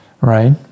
right